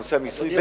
בנושא המקצועי.